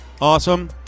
awesome